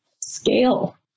scale